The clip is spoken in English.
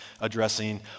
addressing